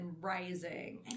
rising